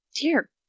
Dear